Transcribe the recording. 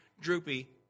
droopy